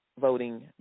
voting